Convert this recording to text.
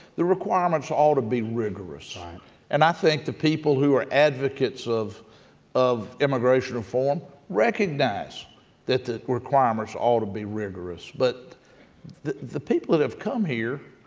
the requirements ought to be rigorous. and and i think the people who are advocates of of immigration reform recognize that the requirements ought to be rigorous, but the the people that have come here,